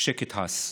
שקט הס.